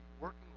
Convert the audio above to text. working